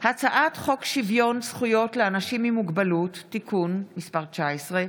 הצעת חוק שוויון זכויות לאנשים עם מוגבלות (תיקון מס' 19),